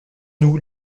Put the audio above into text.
nous